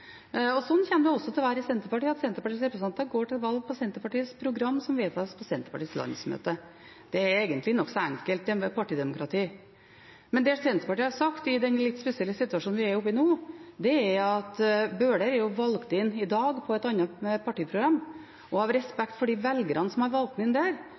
Sånn kommer det også til å være i Senterpartiet – at Senterpartiets representanter går til valg på Senterpartiets program, som vedtas på Senterpartiets landsmøte. Det er egentlig nokså enkelt, dette med partidemokrati. Det Senterpartiet har sagt i den litt spesielle situasjonen vi er oppe i nå, er at Bøhler i dag er valgt inn på et annet partiprogram, og av respekt for de velgerne som har valgt ham inn der,